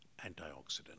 antioxidant